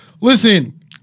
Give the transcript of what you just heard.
Listen